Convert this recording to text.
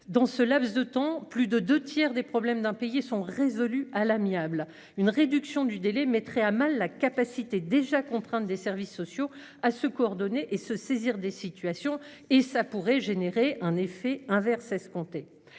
Dans ce laps de temps plus de deux tiers des problèmes d'impayés sont résolus à l'amiable, une réduction du délai mettrait à mal la capacité déjà contrainte des services sociaux à se coordonner et se saisir des situations et ça pourrait générer un effet inverse escompté